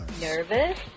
Nervous